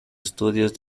estudios